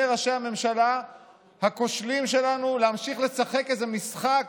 ראשי הממשלה הכושלים שלנו להמשיך לשחק איזה משחק